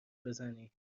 بزنی